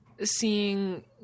seeing